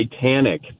Titanic